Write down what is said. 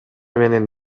менен